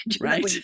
Right